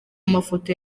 mafoto